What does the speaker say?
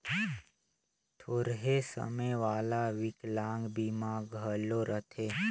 थोरहें समे वाला बिकलांग बीमा घलो रथें